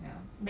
ya